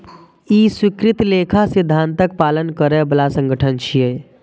ई स्वीकृत लेखा सिद्धांतक पालन करै बला संगठन छियै